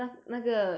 ya